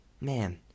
Man